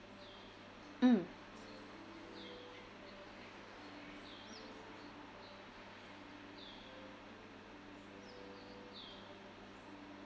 mm